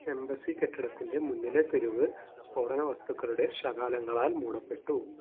embassy കെട്ടിടത്തിൻറ്റെ മുന്നിലെ തെരുവ് സ്ഫോടന വസ്തുക്കളുടെ ശകലങ്ങളാൽ മൂടപ്പെട്ടു